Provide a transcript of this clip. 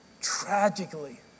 Tragically